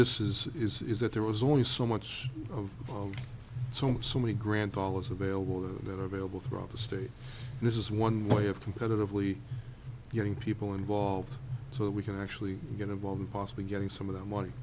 this is is that there was only so much of so much so many grant dollars available that are available throughout the state this is one way of competitively getting people involved so that we can actually get involved in possibly getting some of the money